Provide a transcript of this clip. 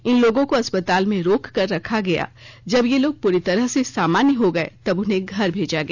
इन लोगों को अस्पताल में रोक कर रखा गया जब ये लोग पूरी तरह से सामान्य हो गये तब उन्हें घर भेजा गया